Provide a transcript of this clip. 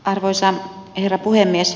arvoisa herra puhemies